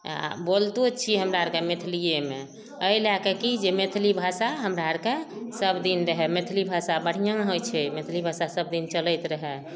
आ बोलतो छियै हमरा आरके मैथिलीयेमे एहि लए कऽ कि जे मैथिली भाषा हमरा आरके सबदिन रहए मैथिली भाषा बढ़ियाँ होइ छै मैथिली भाषा सबदिन चलैत रहए